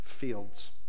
fields